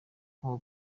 col